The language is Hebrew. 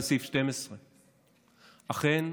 לסעיף 12. אכן,